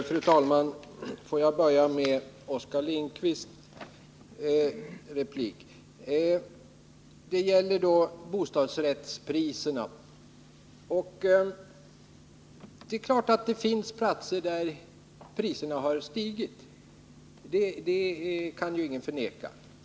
Fru talman! För att börja med Oskar Lindkvists replik och bostadsrättspriserna vill jag säga att ingen kan förneka att det finns platser där priserna har stigit.